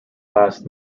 last